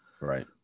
Right